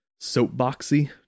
soapboxy